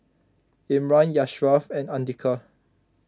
Imran Ashraf and andika